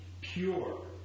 pure